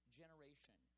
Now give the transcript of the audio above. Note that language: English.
generation